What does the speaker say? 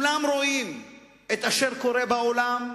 וכולם רואים את אשר קורה בעולם,